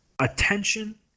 attention